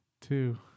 two